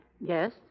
Yes